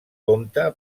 compte